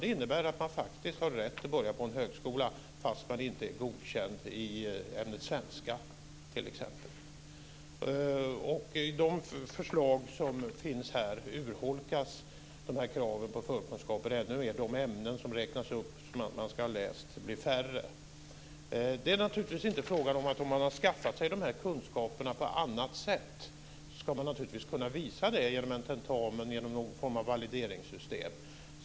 Det innebär att man har rätt att börja på en högskola fast man inte är godkänd i t.ex. ämnet svenska. I de förslag som finns här urholkas kraven på förkunskaper ännu mer, och de ämnen som räknas upp som man ska ha läst blir färre. Om man har skaffat sig dessa kunskaper på annat sätt ska man naturligtvis kunna visa det genom en tentamen i någon form av valideringssystem.